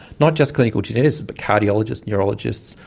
not just clinical geneticists but cardiologists, neurologists,